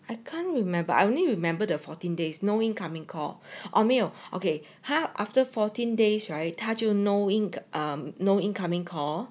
I can't remember I only remember the fourteen days no incoming call or 没有 okay 他 after fourteen days right 他就 no in~ no incoming call